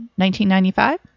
1995